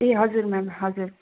ए हजुर मेम हजुर